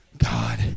God